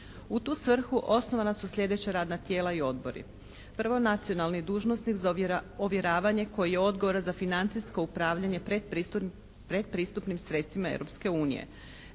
U tu svrhu osnovana su sljedeća radna tijela i odbori. Prvo, nacionalni dužnosnik za ovjeravanje koji je odgovoran za financijsko upravljanje predpristupnim sredstvima